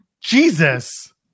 Jesus